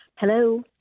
Hello